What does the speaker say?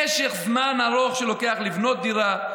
משך זמן ארוך שלוקח לבנות דירה,